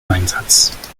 einsatz